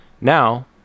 Now